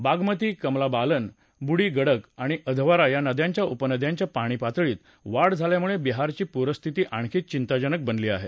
बागमती कमला बालन बूझी गडक आणि अधवारा या नद्याच्या उपनद्याच्या पाणीपातळीत वाढ झाल्यामुळे बिहारची पूरस्थिती आणखी चिंताजनक बनली आहे